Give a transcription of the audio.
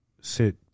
sit